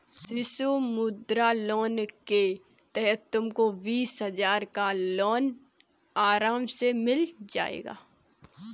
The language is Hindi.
शिशु मुद्रा लोन के तहत तुमको बीस हजार का लोन आराम से मिल जाएगा